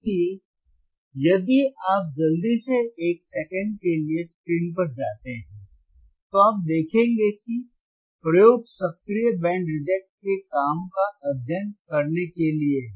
इसलिए यदि आप जल्दी से एक सेकंड के लिए स्क्रीन पर जाते हैं तो आप देखेंगे कि प्रयोग सक्रिय बैंड रिजेक्ट के काम का अध्ययन करने के लिए है